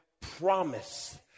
promise